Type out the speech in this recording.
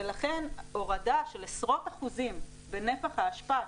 ולכן הורדה של עשרות אחוזים בנפח האשפה,